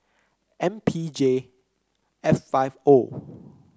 M P J F five O